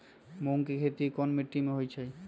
मूँग के खेती कौन मीटी मे होईछ?